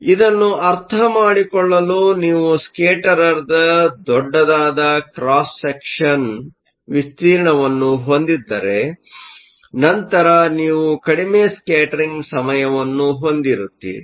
ಆದ್ದರಿಂದ ಇದನ್ನು ಅರ್ಥಮಾಡಿಕೊಳ್ಳಲು ನೀವು ಸ್ಕೇಟರರ್ದ ದೊಡ್ಡದಾದ ಕ್ರಾಸ್ ಸೆಕ್ಷನ್ ವಿಸ್ತೀರ್ಣವನ್ನು ಹೊಂದಿದ್ದರೆ ನಂತರ ನೀವು ಕಡಿಮೆ ಸ್ಕೇಟರಿಂಗ್Scattering ಸಮಯವನ್ನು ಹೊಂದಿರುತ್ತೀರಿ